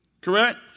Correct